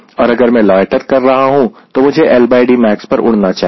और अगर मैं लोयटर कर रहा हूं तो मुझे LDmax पर उड़ना चाहिए